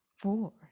Four